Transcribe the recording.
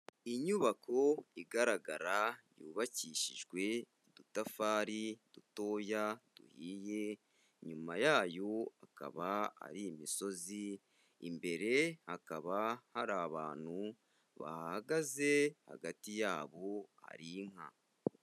Inyubako igaragara yubakishijwe udutafari dutoya duhiye, inyuma yayo akaba ari imisozi, imbere hakaba hari abantu bahahagaze, hagati yabo hari inka.